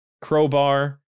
crowbar